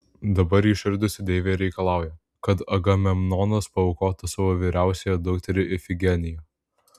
dabar įširdusi deivė reikalauja kad agamemnonas paaukotų savo vyriausiąją dukterį ifigeniją